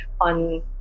on